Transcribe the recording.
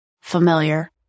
familiar